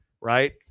right